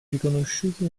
riconosciuti